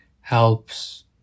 helps